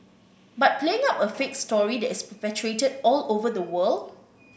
but playing up a fake story that is perpetuated all over the world